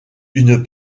une